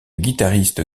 guitariste